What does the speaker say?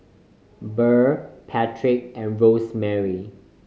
Burr Patrick and Rosemarie